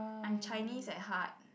I am Chinese at heart